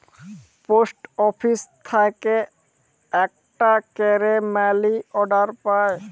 post office থেক্যে আকটা ক্যারে মালি অর্ডার পায়